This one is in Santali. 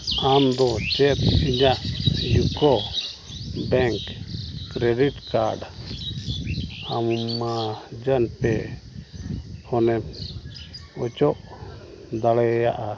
ᱟᱢᱫᱚ ᱪᱮᱫ ᱤᱧᱟᱹᱜ UCO bank credit card Amazon pay ᱠᱷᱚᱱᱮᱢ ᱚᱪᱚᱜ ᱫᱟᱲᱮᱭᱟᱜᱼᱟ